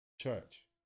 Church